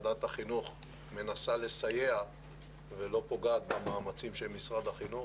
מנסה לסייע ולא פוגעת במאמצים של משרד החינוך.